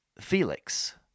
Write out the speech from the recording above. Felix